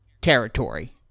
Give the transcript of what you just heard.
territory